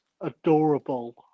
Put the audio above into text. Adorable